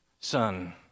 son